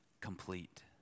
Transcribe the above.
complete